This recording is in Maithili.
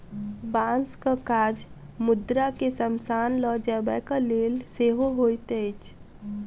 बाँसक काज मुर्दा के शमशान ल जयबाक लेल सेहो होइत अछि